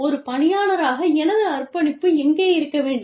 ஒரு பணியாளராக எனது அர்ப்பணிப்பு எங்கே இருக்க வேண்டும்